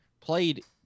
Played